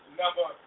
number